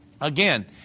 again